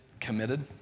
committed